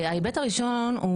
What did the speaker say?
ההיבט הראשון,